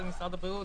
למשרד הבריאות,